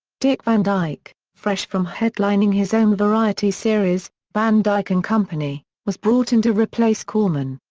dick van dyke, fresh from headlining his own variety series, van dyke and company, was brought in to replace korman.